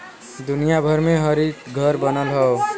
दुनिया भर में हरितघर बनल हौ